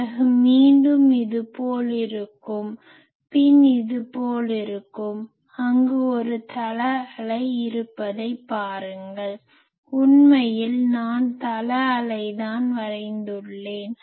பிறகு மீண்டும் இதுபோல் இருக்கும் பின் இதுபோல இருக்கும் அங்கு ஒரு தள அலை இருப்பதை பாருங்கள் உண்மையில் நான் தள அலைதான் வரைந்தள்ளேன்